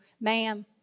ma'am